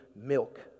milk